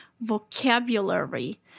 vocabulary